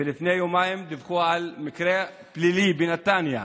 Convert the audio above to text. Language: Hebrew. ולפני יומיים דיווחו על מקרה פלילי בנתניה.